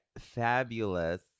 fabulous